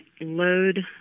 load